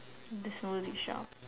the smoothie shop